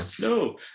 no